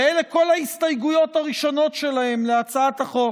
ואלה כל ההסתייגויות הראשונות שלהם להצעת החוק.